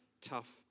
tough